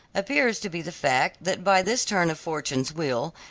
appears to be the fact that by this turn of fortune's wheel,